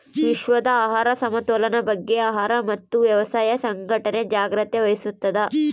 ವಿಶ್ವದ ಆಹಾರ ಸಮತೋಲನ ಬಗ್ಗೆ ಆಹಾರ ಮತ್ತು ವ್ಯವಸಾಯ ಸಂಘಟನೆ ಜಾಗ್ರತೆ ವಹಿಸ್ತಾದ